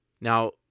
Now